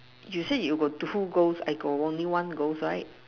you say you got two ghost I only got one ghost right